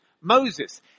Moses